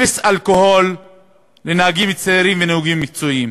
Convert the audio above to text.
אפס אלכוהול לנהגים צעירים ונהגים מקצועיים.